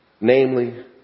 namely